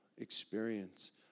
experience